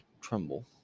tremble